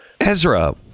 Ezra